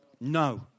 No